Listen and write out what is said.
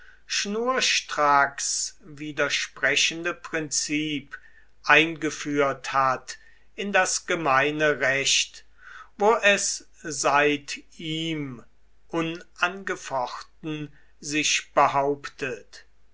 schnurstracks widersprechende prinzip eingeführt hat in das gemeine recht wo es seit ihm unangefochten sich behauptet